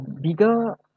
bigger